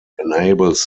enables